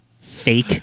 fake